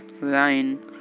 line